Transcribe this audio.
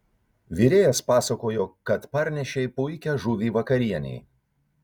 virėjas pasakojo kad parnešei puikią žuvį vakarienei